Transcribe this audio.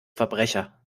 verbrecher